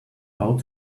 how